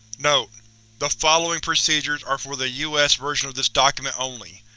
note the following procedures are for the us version of this document only.